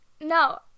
No